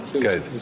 good